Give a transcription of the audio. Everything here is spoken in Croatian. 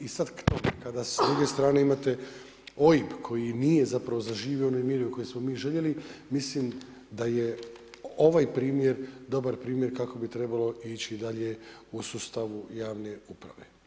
I sada k tome kada s druge strane imate OIB koji nije zapravo zaživio u onoj mjeri u kojoj smo mi željeli, mislim da je ovaj primjer dobar primjer kako bi trebalo ići dalje u sustavu javne uprave.